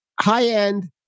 High-end